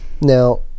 Now